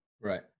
Right